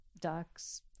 ducks